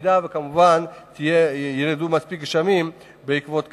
כמובן במידה שירדו מספיק גשמים בעקבות כך.